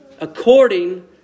According